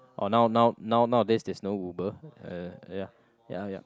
orh now now nowadays there's no Uber ya ya ya ya ya